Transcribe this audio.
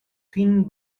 thin